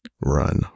Run